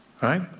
right